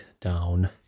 down